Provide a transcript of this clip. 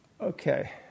okay